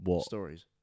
Stories